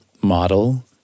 model